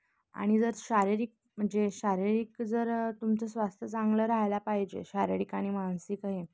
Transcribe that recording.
आणि जर शारीरिक म्हणजे शारीरिक जर तुमचं स्वास्थ्य चांगलं राहायला पाहिजे शारीरिक आणि मानसिक हे